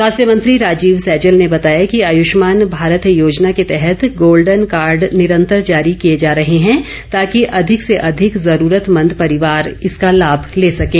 स्वास्थ्य मंत्री राजीव सैजल ने बताया कि आयुष्मान भारत योजना के तहत गोल्डन कार्ड निरंतर जारी किए जा रहे हैं ताकि अधिक से अधिक ज़रूरतमंद परिवार इसका लाभ ले सकें